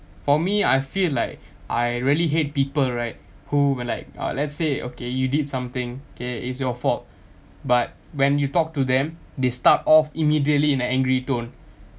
for me I feel like I really hate people right who will like uh let's say okay you did something K it's your fault but when you talk to them they start off immediately in a angry tone